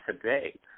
today